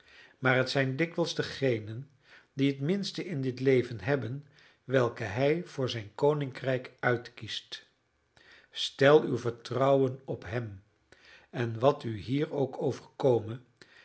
maar het zijn dikwijls diegenen die het minste in dit leven hebben welke hij voor zijn koninkrijk uitkiest stel uw vertrouwen op hem en wat u hier ook overkome